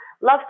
Love